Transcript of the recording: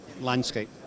landscape